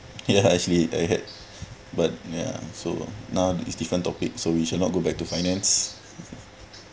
ya actually I had but ya so now is different topic so we shall not go back to finance